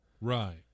Right